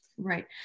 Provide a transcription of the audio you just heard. Right